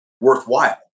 worthwhile